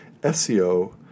SEO